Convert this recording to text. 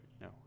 no